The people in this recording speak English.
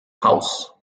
house